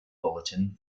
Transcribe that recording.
bulletin